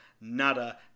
nada